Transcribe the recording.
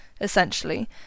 essentially